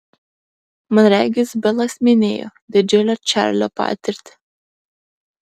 man regis bilas minėjo didžiulę čarlio patirtį